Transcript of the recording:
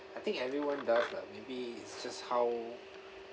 I think everyone does ah maybe it's just how